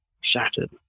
shattered